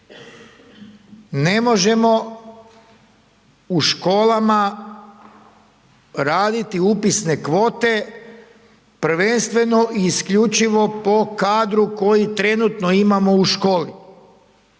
ne možemo u školama raditi upisne kvote prvenstveno i isključivo po kadru koji trenutno imamo u školi,